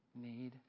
need